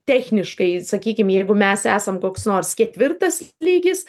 techniškai sakykim jeigu mes esam koks nors ketvirtas lygis